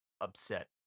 upset